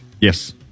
Yes